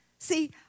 See